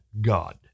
God